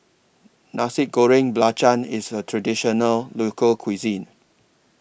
Nasi Goreng Belacan IS A Traditional Local Cuisine